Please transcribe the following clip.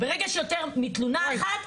ברגע שיש יותר מתלונה אחת,